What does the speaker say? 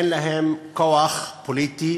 אין להם כוח פוליטי